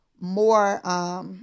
more